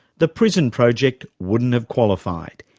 the prison project wouldn't have qualified.